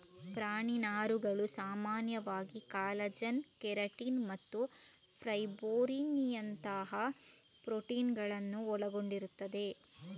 ಪ್ರಾಣಿ ನಾರುಗಳು ಸಾಮಾನ್ಯವಾಗಿ ಕಾಲಜನ್, ಕೆರಾಟಿನ್ ಮತ್ತು ಫೈಬ್ರೊಯಿನ್ನಿನಂತಹ ಪ್ರೋಟೀನುಗಳನ್ನು ಒಳಗೊಂಡಿರುತ್ತವೆ